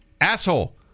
asshole